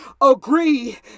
agree